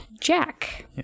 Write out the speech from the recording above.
Jack